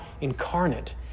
incarnate